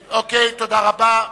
תודה רבה.